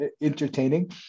entertaining